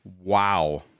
Wow